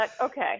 okay